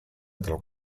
terlalu